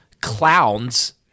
clowns